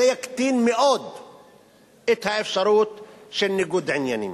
זה יקטין מאוד את האפשרות של ניגוד עניינים.